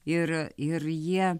ir ir jie